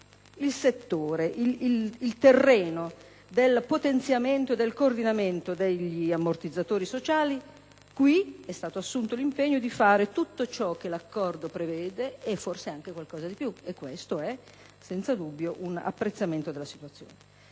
riguarda il terreno del potenziamento e del coordinamento degli ammortizzatori sociali, è stato assunto l'impegno di fare tutto ciò che l'accordo prevede e forse anche qualcosa di più; e questo è senza dubbio apprezzabile. Quello che